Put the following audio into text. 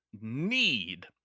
need